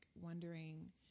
wondering